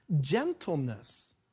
gentleness